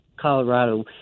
Colorado